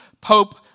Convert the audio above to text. pope